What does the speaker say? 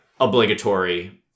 obligatory